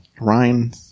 Ryan